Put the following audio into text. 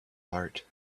heart